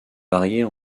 varier